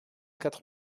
quatre